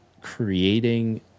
creating